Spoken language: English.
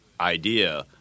idea